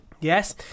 yes